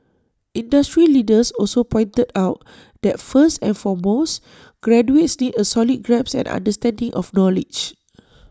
industry leaders also pointed out that first and foremost graduates need A solid grasp and understanding of knowledge